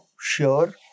sure